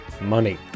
money